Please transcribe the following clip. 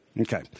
okay